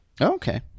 Okay